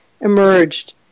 emerged